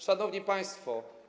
Szanowni Państwo!